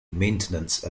maintenance